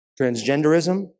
transgenderism